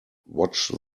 watch